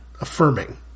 affirming